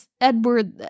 Edward